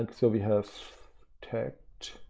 like so we have tagged.